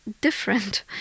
different